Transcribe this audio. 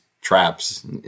Traps